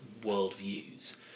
worldviews